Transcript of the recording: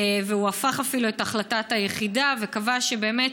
והוא אפילו הפך את החלטת היחידה וקבע שבאמת,